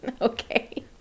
Okay